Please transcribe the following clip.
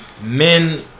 men